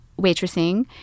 waitressing